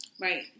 Right